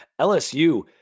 LSU